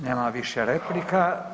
Nema više replika.